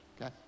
okay